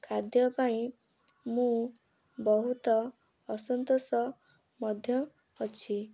ଖାଦ୍ୟ ପାଇଁ ମୁଁ ବହୁତ ଅସନ୍ତୋଷ ମଧ୍ୟ ଅଛି